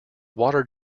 water